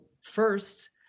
first